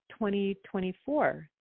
2024